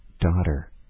daughter